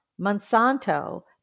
Monsanto